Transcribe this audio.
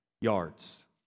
yards